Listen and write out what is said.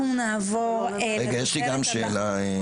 יש לי גם שאלה.